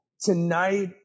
tonight